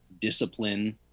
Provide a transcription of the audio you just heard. discipline